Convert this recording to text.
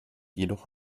jedoch